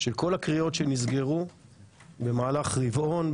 של כל הקריאות שנסגרו במהלך רבעון,